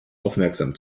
aufmerksam